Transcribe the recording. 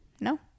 no